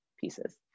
pieces